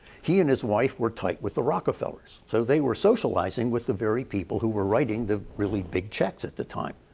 he and his wife were tight with the rockefellers. so they were socializing with the same people who were writing the really big checks at the time.